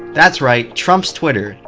that's right trump's twitter.